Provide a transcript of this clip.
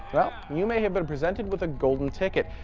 well, you may have been presented with a golden ticket.